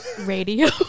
Radio